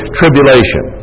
tribulation